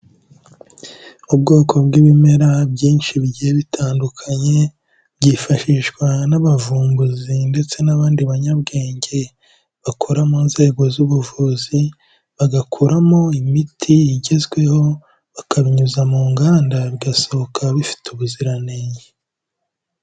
Ubwoko bw'ibimera byinshi bigiye bitandukanye byifashishwa n'abavumbuzi ndetse n'abandi banyabwenge bakora mu nzego z'ubuvuzi, bagakoramo imiti igezweho, bakabinyuza mu nganda, bigasohoka bifite ubuziranenge.